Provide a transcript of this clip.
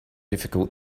difficult